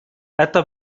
это